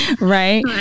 Right